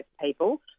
people